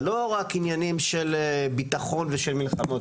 זה לא רק עניינים של ביטחון ושל מלחמות.